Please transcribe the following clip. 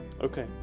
Okay